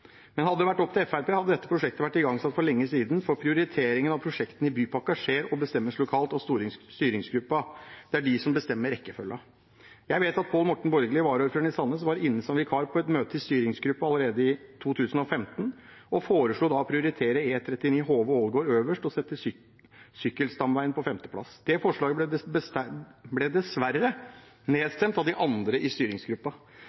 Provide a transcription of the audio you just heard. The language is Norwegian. Hadde det vært opp til Fremskrittspartiet, hadde dette prosjektet vært igangsatt for lenge siden, for prioriteringen av prosjektene i bypakken skjer og bestemmes lokalt av styringsgruppen. Det er de som bestemmer rekkefølgen. Jeg vet at Pål Morten Borgli, varaordfører i Sandnes, var inne som vikar på et møte i styringsgruppen allerede i 2015 og foreslo å prioritere E39 Hove–Ålgård øverst og sette sykkelstamveien på femteplass. Det forslaget ble dessverre nedstemt av de